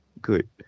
Good